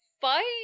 fight